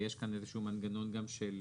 ויש כאן איזה שהוא מנגנון של השגה